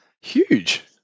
huge